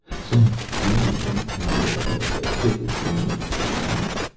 some weird entangling of the cytha's meaning with his own.